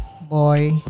Boy